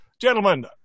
Gentlemen